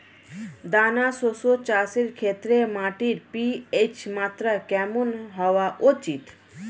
দানা শস্য চাষের ক্ষেত্রে মাটির পি.এইচ মাত্রা কেমন হওয়া উচিৎ?